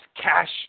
cash